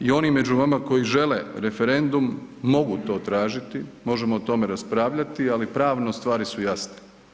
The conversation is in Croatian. I oni među vama koji žele referendum, mogu to tražiti, možemo o tome raspravljati, ali pravno, stvari su jasne.